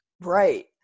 Right